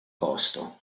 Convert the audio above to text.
costo